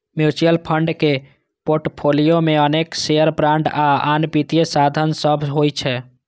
mutual fund के portfolio मे अनेक शेयर, बांड आ आन वित्तीय साधन सभ होइ छै